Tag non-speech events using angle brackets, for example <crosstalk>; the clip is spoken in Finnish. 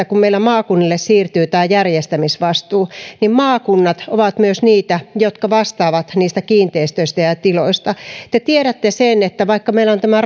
<unintelligible> kun meillä maakunnille siirtyy tämä järjestämisvastuu että on kyllä parempi että maakunnat ovat myös niitä jotka vastaavat niistä kiinteistöistä ja ja tiloista te tiedätte sen että vaikka meillä on tämä <unintelligible>